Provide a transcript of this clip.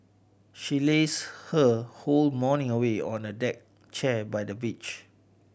she lazed her whole morning away on a deck chair by the beach